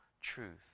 truth